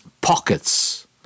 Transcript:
pockets